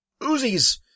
Uzis